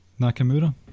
Nakamura